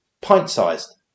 pint-sized